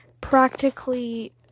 practically